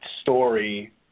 story